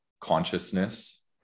consciousness